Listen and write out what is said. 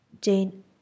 Jane